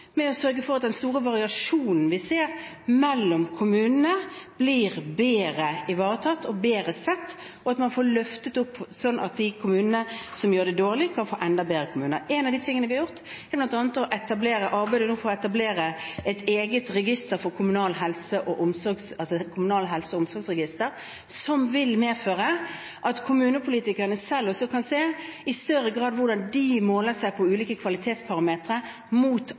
ved å sørge for at den store variasjonen vi ser mellom kommunene, blir bedre sett, slik at de kommunene som gjør det dårlig, kan bli bedre ivaretatt og bli enda bedre kommuner. En av tingene vi har gjort, er arbeidet med å etablere et eget kommunalt helse- og omsorgsregister, som vil medføre at kommunepolitikerne selv i større grad kan se hvordan de hevder seg på ulike